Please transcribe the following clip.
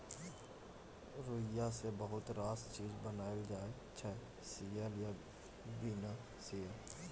रुइया सँ बहुत रास चीज बनाएल जाइ छै सियल आ बिना सीयल